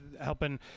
helping